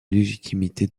légitimité